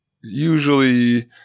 usually